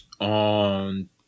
on